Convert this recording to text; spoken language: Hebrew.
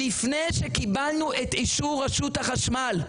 לפני שקיבלנו את אישור רשות החשמל.